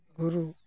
ᱜᱩᱨᱩ